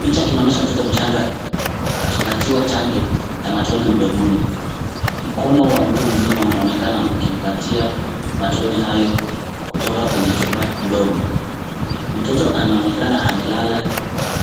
Picha inaonyesha mtoto mchanga akipatiwa chanjo ya matone mdomoni. Mkono wa mtu mzima unaonekana ukimpatia matone haya kutoka kwenye chupa ndogo. Mtoto anaonekana amelala